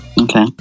Okay